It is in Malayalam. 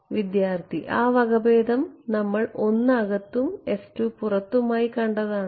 വിദ്യാർത്ഥി ആ വകഭേദം നമ്മൾ 1 അകത്തും പുറത്തുമായി കണ്ടതാണോ